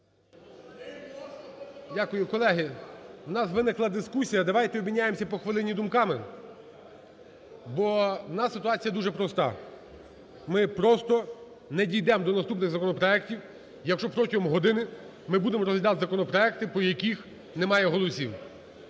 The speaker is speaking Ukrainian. Дякую. Колеги, у нас виникла дискусія давайте обміняємося по хвилині думками. Бо у нас ситуація дуже проста. Ми просто не дійдемо до наступних законопроектів, якщо протягом години ми будемо розглядати законопроекти, по яких немає голосів.